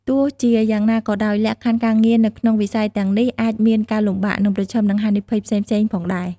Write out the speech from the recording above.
ទោះជាយ៉ាងណាក៏ដោយ លក្ខខណ្ឌការងារនៅក្នុងវិស័យទាំងនេះអាចមានការលំបាក និងប្រឈមនឹងហានិភ័យផ្សេងៗផងដែរ ។